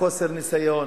לחילונים,